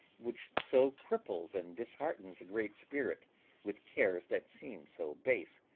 which so cripples and disheartens a great spirit with cares that seem so base,